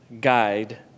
guide